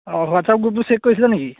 অঁ হোৱাটছাপ গ্ৰুপটো চেক কৰিছিলা নেকি